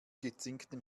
gezinkten